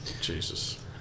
Jesus